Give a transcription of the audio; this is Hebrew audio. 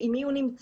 עם מי הוא נמצא?